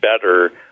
better